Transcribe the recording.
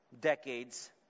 decades